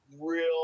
Real